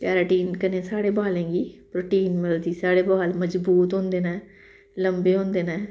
keratin कन्नै साढ़े बालें गी प्रोटीन मिलदी साढ़े बाल मजबूत होंदे न लम्बे होंदे न